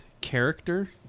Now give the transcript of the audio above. character